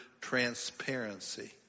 transparency